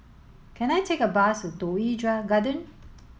can I take a bus Toh Yi Garden